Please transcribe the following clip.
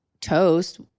toast